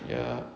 ya